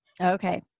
Okay